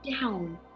down